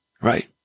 Right